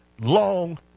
long